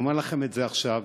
אני אומר לכם את זה עכשיו,